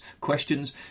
questions